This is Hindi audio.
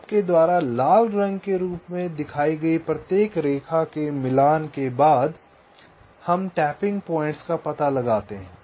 अब आपके द्वारा लाल रंग के रूप में दिखाई गई प्रत्येक रेखा के मिलान के बाद हम टैपिंग पॉइंट्स का पता लगाते हैं